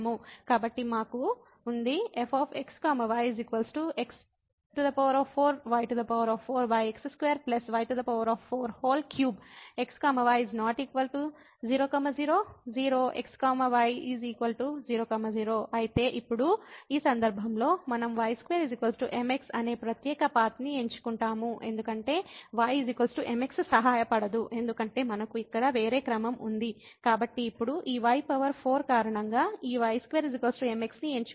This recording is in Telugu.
కాబట్టి మాకు ఉంది f x y x4y4 x2 y4 3 x y ≠ 0 0 0 x y 0 0 కాబట్టి ఇప్పుడు ఈ సందర్భంలో మనం y2 mx అనే ప్రత్యేక పాత్ ని ఎంచుకుంటాము ఎందుకంటే y mx సహాయపడదు ఎందుకంటే మనకు ఇక్కడ వేరే క్రమం ఉంది